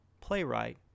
playwright